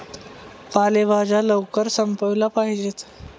पालेभाज्या लवकर संपविल्या पाहिजेत